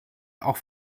auch